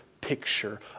picture